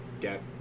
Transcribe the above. get